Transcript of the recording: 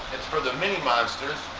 it's for the mini monsters.